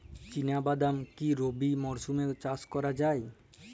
চিনা বাদাম কি রবি মরশুমে চাষ করা যায়?